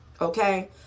Okay